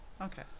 Okay